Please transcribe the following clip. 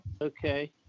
Okay